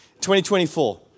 2024